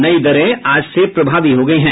नई दर आज से प्रभावी हो गयी है